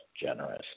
generous